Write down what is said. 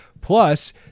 Plus